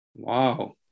Wow